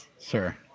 Sure